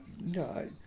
no